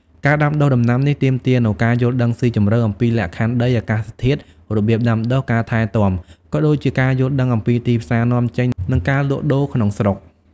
ការដាំដុះដំណាំនេះទាមទារនូវការយល់ដឹងស៊ីជម្រៅអំពីលក្ខខណ្ឌដី អាកាសធាតុ របៀបដាំដុះ ការថែទាំ ក៏ដូចជាការយល់ដឹងអំពីទីផ្សារនាំចេញ និងការលក់ដូរក្នុងស្រុក។